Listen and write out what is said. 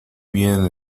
bien